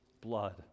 blood